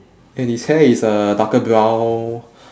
and his hair is a darker brown